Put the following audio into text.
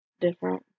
different